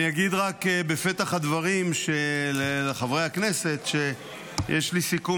אני אגיד רק בפתח הדברים לחברי הכנסת שיש לי סיכום